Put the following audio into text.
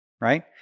Right